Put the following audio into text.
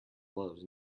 blows